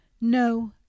No